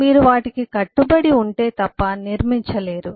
మీరు వాటికి కట్టుబడి ఉంటే తప్ప నిర్మించలేరు